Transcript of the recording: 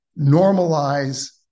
normalize